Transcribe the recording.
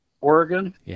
Oregon